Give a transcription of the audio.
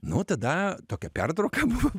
nu tada tokia pertrauka buvo